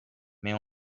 mais